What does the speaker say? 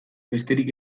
besterik